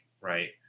Right